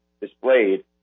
displayed